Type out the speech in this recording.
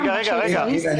מה שאיריס --- רגע, רגע.